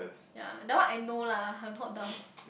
yea that one I know lah I'm not dumb